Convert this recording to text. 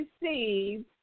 received